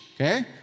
okay